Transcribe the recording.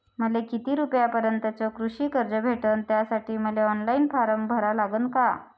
मले किती रूपयापर्यंतचं कृषी कर्ज भेटन, त्यासाठी मले ऑनलाईन फारम भरा लागन का?